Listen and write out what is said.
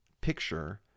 picture